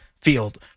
field